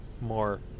more